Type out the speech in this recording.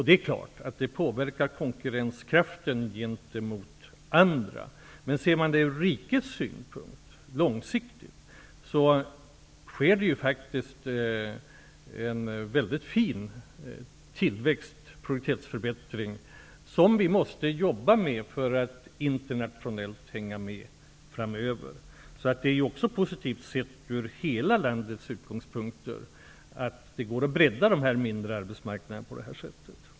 Det är klart att det påverkar konkurrenskraften gentemot andra. Långsiktigt och sett från rikets synpunkt sker det faktiskt en väldigt fin tillväxt, produktivitetsförbättring, som vi måste jobba med för att framöver hänga med internationellt. Det är alltså positivt sett till hela landet att det går att bredda mindre arbetsmarknader på det här sättet.